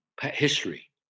history